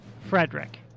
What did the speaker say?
Frederick